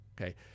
Okay